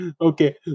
okay